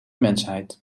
mensheid